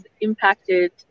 impacted